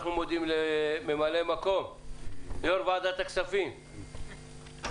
אנחנו מודים לממלא מקום יושב-ראש ועדת הכספים על